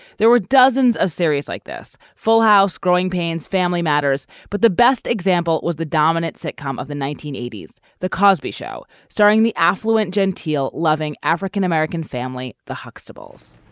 there were dozens of series like this full house growing pains family matters but the best example was the dominant sitcom of the nineteen eighty s the cosby show starring the affluent genteel loving african-american family the huxtables.